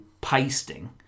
pasting